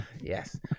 Yes